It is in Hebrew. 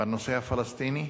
בנושא הפלסטיני.